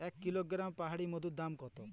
এক কিলোগ্রাম পাহাড়ী মধুর দাম কত?